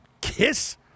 Kiss